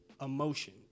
emotion